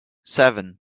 seven